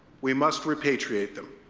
we must repatriate them.